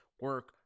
Work